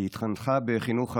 היא התחנכה בחינוך חרדי,